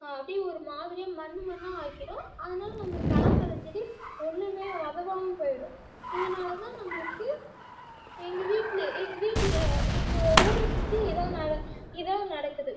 அப்படியே ஒரு மாதிரியா மண்ணு மண்ணாக ஆக்கிடும் அதனால நம்மளுக்கு கனகாம்பரம் செடி ஒன்றுமே உதவாமல் போயிடும் இதனால் தான் நம்மளுக்கு எங்கள் வீட்டில் எங்கள் வீட்டில் எங்கள் ஊரை சுற்றி இதுதான் நட இதுதான் நடக்குது